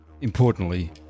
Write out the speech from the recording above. Importantly